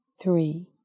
three